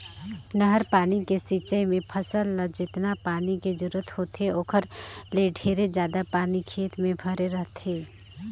नहर पानी के सिंचई मे फसल ल जेतना पानी के जरूरत होथे ओखर ले ढेरे जादा पानी खेत म भरे रहथे